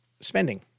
spending